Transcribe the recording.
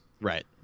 Right